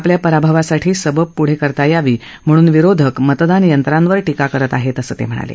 आपल्या पराभवासाठी सबब पुढे करता यावी म्हणून विरोधक मतदान यंत्रांवर टीका करत आहेत असं ते म्हणाले